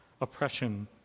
oppression